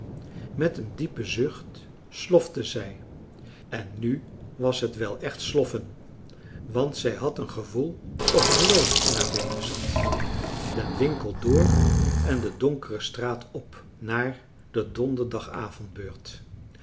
met een diepen zucht slofte zij en nu was het wel echt sloffen want zij had een gevoel of er lood in haar beenen zat den winkel door en de donkere straat op naar de